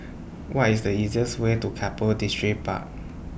What IS The easiest Way to Keppel Distripark